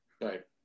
Right